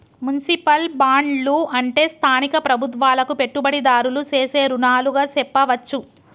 municipal బాండ్లు అంటే స్థానిక ప్రభుత్వాలకు పెట్టుబడిదారులు సేసే రుణాలుగా సెప్పవచ్చు